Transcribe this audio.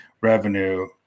revenue